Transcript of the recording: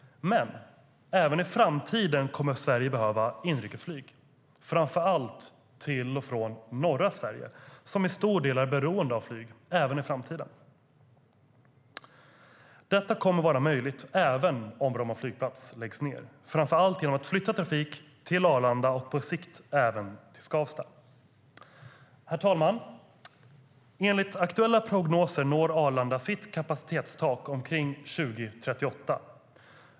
Sverige kommer dock att behöva inrikesflyg även i framtiden, framför allt till och från norra Sverige där man till stor del är beroende av flyg också i framtiden. Men detta kommer att vara möjligt även om Bromma flygplats läggs ned, framför allt genom att vi flyttar trafik till Arlanda och på sikt även till Skavsta.Herr talman! Enligt aktuella prognoser når Arlanda sitt kapacitetstak omkring år 2038.